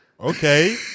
Okay